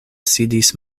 sidis